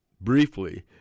briefly